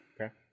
Okay